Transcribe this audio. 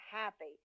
happy